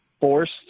forced